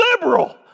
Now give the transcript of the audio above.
liberal